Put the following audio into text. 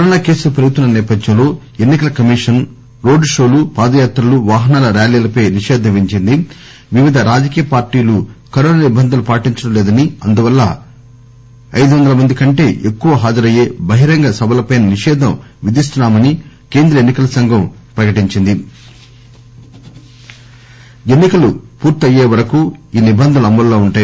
corona కేసులు పెరుగుతున్న నేపథ్యంలో ఎన్ని కల కమిషన్ రోడ్ షోలు పాదయాత్రలు వాహనాల ర్యారీలపై నిషేధం విధించింది వివిధ రాజకీయ పార్టీలు కరోనా నిబంధనలు పాటించడం లేదని అందువల్ల ఐదువందల మంది కంటే ఎక్కువ హాజరయ్యే బహిరంగ సభల పైనా నిషేధం విధిస్తున్నామని కేంద్ర ఎన్సి కల సంఘం ప్రకటించింది ఎన్సి కలు పూర్తి అయ్యేంతవరకు ఈ నిబంధనలు అమల్లో ఉంటాయి